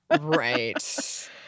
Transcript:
Right